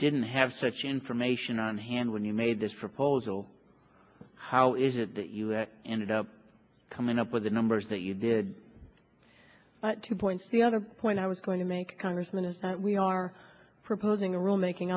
didn't have such information on hand when you may this proposal how is it that you ended up coming up with the numbers that you did but two points the other point i was going to make congressman is that we are proposing a rule making